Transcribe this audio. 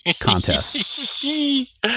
contest